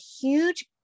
huge